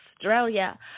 Australia